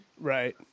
Right